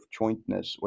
jointness